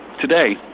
Today